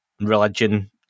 religion